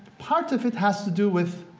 part of it has to do with